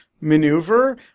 maneuver